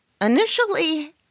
initially